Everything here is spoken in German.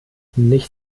nicht